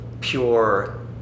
pure